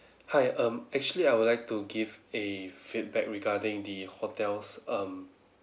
hi um actually I would like to give a feedback regarding the hotel's um